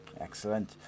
Excellent